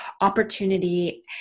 opportunity